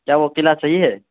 کیا وہ قلعہ صحیح ہے